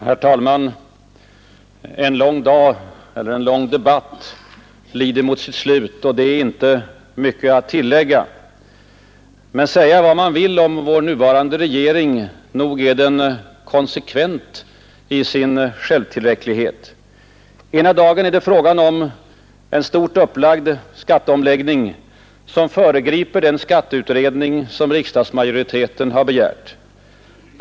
Herr talman! En lång dag och en lång debatt lider nu mot sitt slut och det är inte mycket att tillägga. Men säga vad man vill om vår nuvarande regering, nog är den konsekvent i sin självtillräcklighet. Ena dagen är det fråga om en stort upplagd skatteomläggning som föregriper den skatteutredning som riksdagsmajoriteten har begärt.